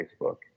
Facebook